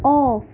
off